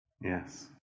Yes